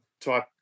type